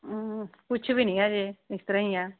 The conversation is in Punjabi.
ਕੁਛ ਵੀ ਨਹੀਂ ਅਜੇ ਇਸ ਤਰ੍ਹਾਂ ਹੀ ਆ